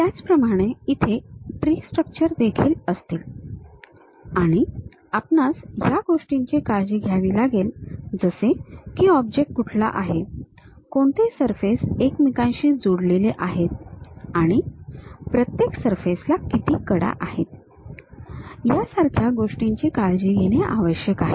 त्याचप्रमाणे इथे tree structure देखील असतील आणि आपणास या गोष्टींची काळजी घ्यावी लागेल जसे की ऑब्जेक्ट कुठला आहे कोणते सरफेस एकमेकांशी जोडलेले आहेत आणि प्रत्येक सरफेसला किती कडा आहेत यासारख्या गोष्टींची काळजी घेणे आवश्यक आहे